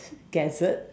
gazette